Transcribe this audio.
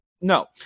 No